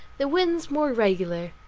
the winds more regular.